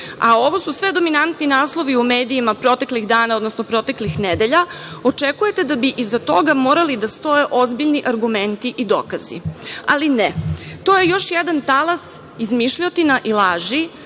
a ovo su sve dominantni naslovi u medijima proteklih dana, odnosno proteklih nedelja, očekujete da bi iza toga morali da stoje ozbiljni argumenti i dokazi. Ali, ne, to je još jedan talas izmišljotina i laži